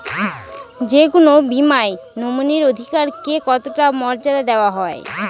যে কোনো বীমায় নমিনীর অধিকার কে কতটা মর্যাদা দেওয়া হয়?